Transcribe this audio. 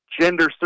gender